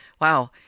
wow